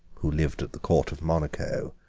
who lived the court of monaco,